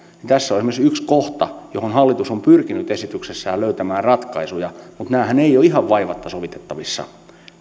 tässä on on esimerkiksi yksi kohta johon hallitus on pyrkinyt esityksessään löytämään ratkaisuja mutta nämähän eivät ole ihan vaivatta sovitettavissa